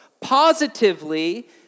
Positively